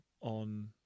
on